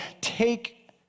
take